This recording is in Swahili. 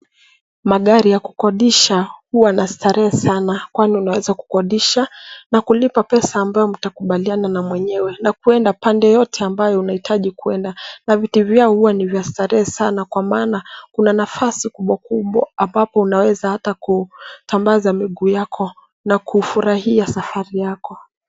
Magari ya kukodisha huwa na starehe sana, kwani unaweza kukodisha na kulipa pesa ambayo mtakubaliana na mwenyewe, na kuenda pande yoyote ambayo unahitaji kuenda. Na viti vyao huwa ni vya starehe sana, kwa maana kuna nafasi kubwa kubwa unaweza hata kutambaza miguu yako na kufurahia safari yako.